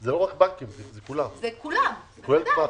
זה לא רק בנקים, זה כולם, כולל גמ"חים.